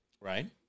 Right